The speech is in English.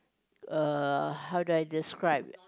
uh how do I describe